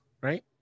right